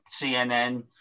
CNN